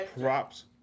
props